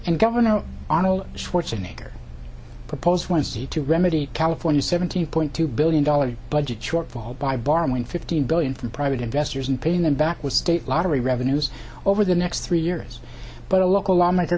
and governor arnold schwarzenegger proposed wednesday to remedy california seventeen point two billion dollars budget shortfall by borrowing fifteen billion from private investors and paying them back with state lottery revenues over the next three years but a local